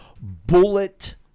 bullet